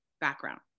background